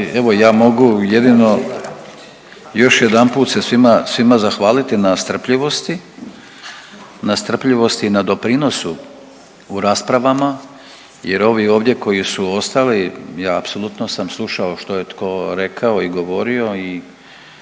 evo, ja mogu jedino još jedanput se svima zahvaliti na strpljivosti, na strpljivosti i na doprinosu u raspravama jer ovi ovdje koji su ostali, ja apsolutno sam slušao što je tko rekao i govorio i